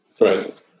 right